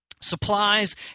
supplies